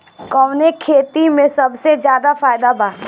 कवने खेती में सबसे ज्यादा फायदा बा?